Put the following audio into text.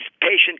patient